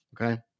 Okay